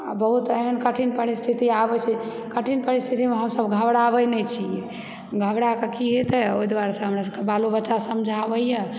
आ बहुत एहन कठिन परिस्थिति आबैत छै कठिन परिस्थितिमे हमसभ घबड़ाबै नहि छी घबड़ाकऽ की हेतय ओहि दुआरेसँ हमरा सभकेँ बालो बच्चा समझाबयए